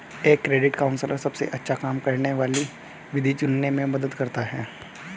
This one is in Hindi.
एक क्रेडिट काउंसलर सबसे अच्छा काम करने वाली विधि चुनने में मदद करता है